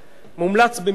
מומלץ במיוחד.